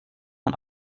man